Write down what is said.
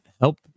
help